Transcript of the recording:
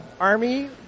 Army